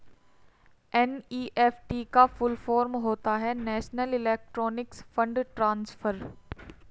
NEFT का full form होता है नेशनल इलेक्ट्रॉनिक्स फण्ड ट्रांसफर